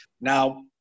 Now